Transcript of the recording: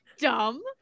dumb